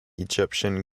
egyptian